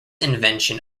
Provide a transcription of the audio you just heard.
invention